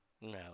No